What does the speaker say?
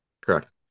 Correct